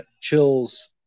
chills